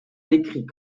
décrit